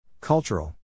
Cultural